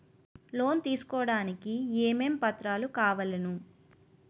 Loan తీసుకోడానికి ఏమేం పత్రాలు కావలెను?